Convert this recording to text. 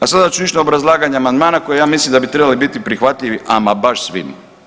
A sada ću ići na obrazlaganja amandmana koje ja mislim da bi trebali biti prihvatljivi ama baš svima.